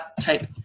type